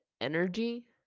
energy